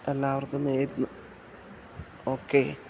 എല്ലാവർക്കും നേരുന്നു ഓക്കെ